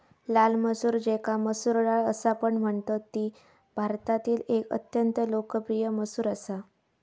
लाल मसूर ज्याका मसूर डाळ असापण म्हणतत ती भारतातील एक अत्यंत लोकप्रिय मसूर असा